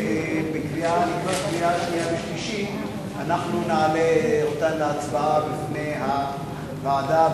ובהכנה לקריאה שנייה ושלישית נעלה אותן להצבעה בפני הוועדה,